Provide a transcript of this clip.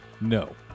No